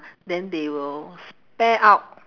then they will spare out